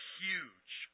huge